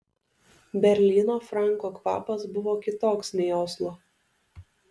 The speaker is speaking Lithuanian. berlyno franko kvapas buvo kitoks nei oslo